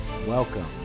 Welcome